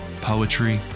poetry